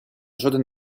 жоден